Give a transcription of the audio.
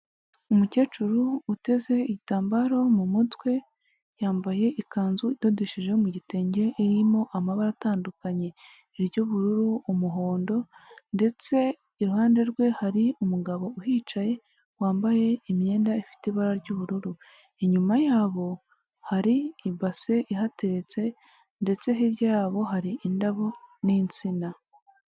Umukecuru uteze igitambaro mu mutwe, yambaye ikanzu idodesheje mu gitenge, irimo amabara atandukanye: iry'ubururu, umuhondo ndetse iruhande rwe hari umugabo uhicaye wambaye imyenda ifite ibara ry'ubururu, inyuma yabo hari ibase ihateretse ndetse hirya yabo hari indabo n'insina.